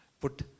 put